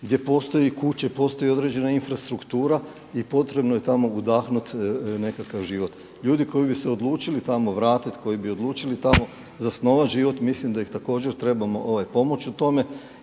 gdje postoje kuće, postoji određena infrastruktura i potrebno je tamo udahnut nekakav život. Ljudi koji bi se odlučili tamo vratiti, koji bi odlučili tamo zasnovat život mislim da im također trebamo pomoći u tome,